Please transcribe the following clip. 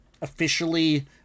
officially